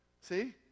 See